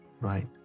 right